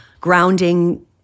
grounding